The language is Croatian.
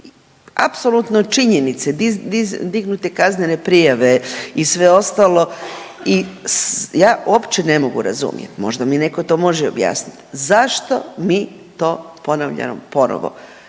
apsolutno činjenice, dignute kaznene prijave i sve ostalo i ja uopće ne mogu razumjeti, možda mi netko to može objasniti, zašto mi to ponavljamo ponovno?